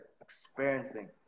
experiencing